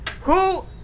Who-